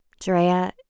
Drea